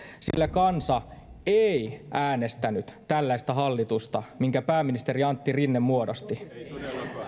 sillä kansa ei äänestänyt tällaista hallitusta minkä pääministeri antti rinne muodosti